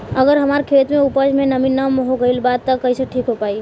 अगर हमार खेत में उपज में नमी न हो गइल बा त कइसे ठीक हो पाई?